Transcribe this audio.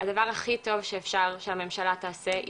הדבר הכי טוב שאפשר שהממשלה תעשה זה